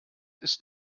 ist